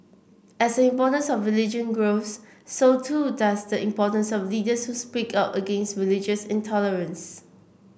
as the importance of religion grows so too does the importance of leaders who speak out against religious intolerance